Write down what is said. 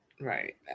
Right